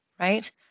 right